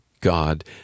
God